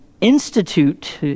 institute